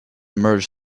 merge